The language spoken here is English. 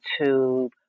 YouTube